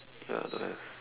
ya don't have